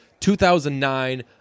2009